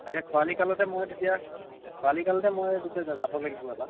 তাকে খৰালি কালতে মই তেতিয়া খৰালি কালতে মই তেতিয়া যাব লাগিব এপাক